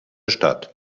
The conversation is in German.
stadt